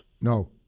No